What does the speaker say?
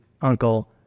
uncle